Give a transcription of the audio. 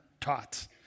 taught